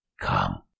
come